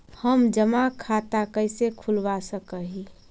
हम जमा खाता कैसे खुलवा सक ही?